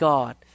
God